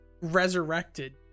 resurrected